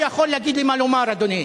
אתה לא יכול להגיד לי מה לומר, אדוני.